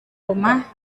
rumah